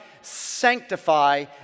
sanctify